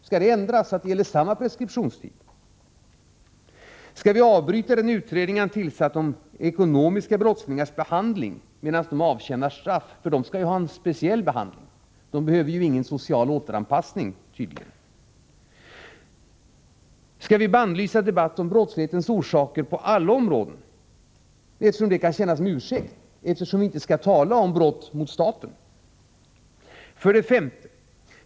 Skall det ändras, så att samma preskriptionstid gäller för båda brotten? 3. Skall vi avbryta den utredning justitieministern tillsatt om ekonomiska brottslingars behandling medan de avtjänar ett straff? De skall ju ha en speciell behandling. De behöver tydligen ingen social återanpassning. 4. Skall vi bannlysa debatt om brottslighetens orsaker på alla områden, eftersom det kan tjäna som ursäkt och vi inte skall tala om brott mot staten? 5.